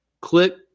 Click